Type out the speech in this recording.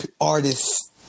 Artists